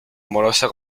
amorosa